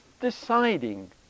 deciding